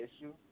issue